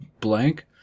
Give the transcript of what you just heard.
blank